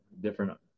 different